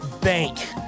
bank